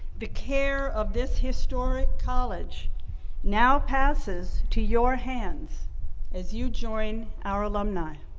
the care of this historic college now passes to your hands as you join our alumni.